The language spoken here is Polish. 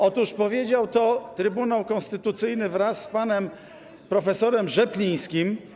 Otóż powiedział to Trybunał Konstytucyjny wraz z panem prof. Rzeplińskim.